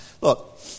look